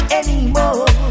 anymore